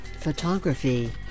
photography